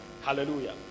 Hallelujah